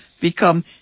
become